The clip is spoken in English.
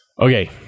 Okay